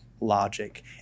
logic